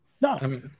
no